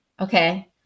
Okay